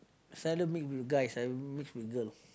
seldom mix with guy I mix with girl